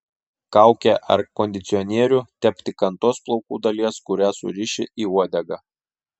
kaukę ar kondicionierių tepk tik ant tos plaukų dalies kurią suriši į uodegą